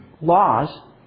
laws